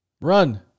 Run